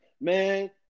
Man